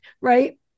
Right